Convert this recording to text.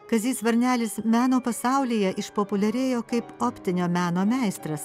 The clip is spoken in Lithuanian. kazys varnelis meno pasaulyje išpopuliarėjo kaip optinio meno meistras